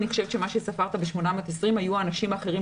מה שספרת ב-820 היה האנשים האחרים,